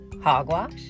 Hogwash